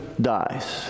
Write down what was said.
dies